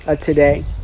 today